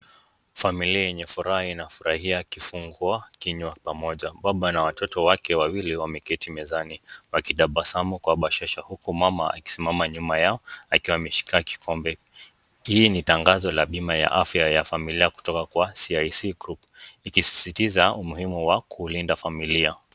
Familia yenye furaha inafurahia kifungua kinywa pamoja. Baba na watoto wake wawili wameketi mezani wakitabasamu kwa bashasha huku mama akisimama nyuma yao akiwa ameshika kikombe. Hii ni tangazo la bima ya afya ya familia kutoka kwa CIC Group ikisisitiza umuhimu wa kulinda familia.